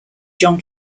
john